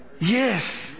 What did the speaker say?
Yes